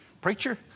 Preacher